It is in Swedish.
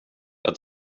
jag